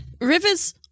rivers